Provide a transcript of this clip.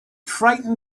frightened